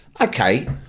Okay